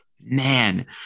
Man